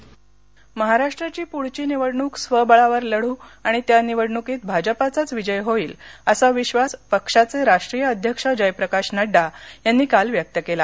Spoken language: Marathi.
भाजपा बैठक नवीमंबई महाराष्ट्राची पुढची निवडणूक स्वबळावर लढू आणि त्या निवडणूकीत भाजपाचाच विजय होईल असा विश्वास पक्षाचे राष्ट्रीय अध्यक्ष जयप्रकाश नङ्डडा यांनी काल व्यक्त केला